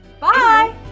Bye